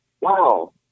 wow